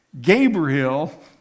Gabriel